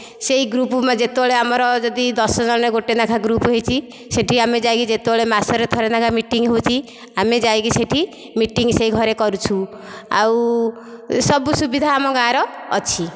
ସେଇ ଗ୍ରୁପ ଯେତେବେଳେ ଆମର ଯଦି ଦଶ ଜଣରେ ଗୋଟେ ଲେଖାଏଁ ଗ୍ରୁପ ହୋଇଛି ସେଇଠି ଆମେ ଯାଇକି ଯେତେବେଳେ ମାସ ରେ ଥରେ ଲେଖା ମିଟିଙ୍ଗ ହେଉଛି ଆମେ ଯାଇକି ସେଇଠି ମିଟିଙ୍ଗ ସେ ଘରେ କରୁଛୁ ଆଉ ସବୁ ସୁବିଧା ଆମ ଗାଁର ଅଛି